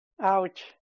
Ouch